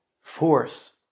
force